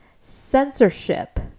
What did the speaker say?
Censorship